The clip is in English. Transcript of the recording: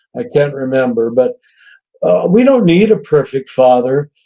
i can't remember, but we don't need a perfect father,